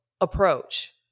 approach